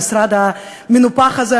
המשרד המנופח הזה,